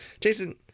Jason